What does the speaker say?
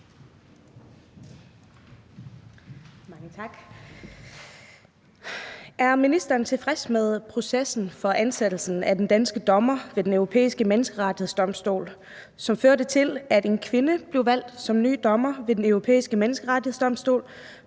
Er ministeren tilfreds med processen for ansættelsen af den danske dommer ved Den Europæiske Menneskerettighedsdomstol, som førte til, at en kvinde blev valgt som ny dommer ved Den Europæiske Menneskerettighedsdomstol,